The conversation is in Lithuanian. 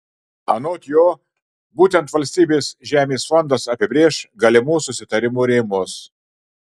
anot jo būtent valstybės žemės fondas apibrėš galimų susitarimų rėmus